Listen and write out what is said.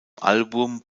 album